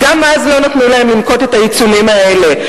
גם אז לא אפשרו להם לממש את העיצומים האלה.